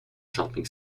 shopping